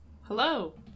Hello